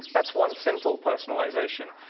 that's one simple personalization.